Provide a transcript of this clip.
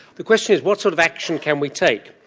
the question is what sort of action can we take,